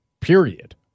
period